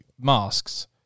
masks